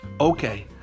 Okay